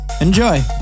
Enjoy